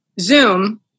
Zoom